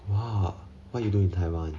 !wow! what you do in taiwan